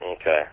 Okay